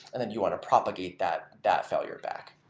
and then you want to propagate that that failure back.